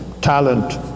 talent